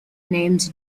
names